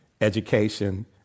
education